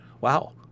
wow